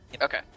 Okay